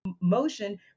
motion